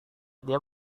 dia